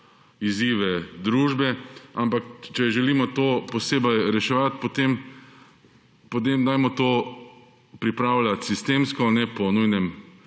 izzive družbi, toda če želimo to posebej reševati, potem dajmo to pripravljati sistemsko, ne po nujnem